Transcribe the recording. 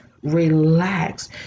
relax